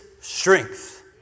strength